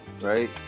right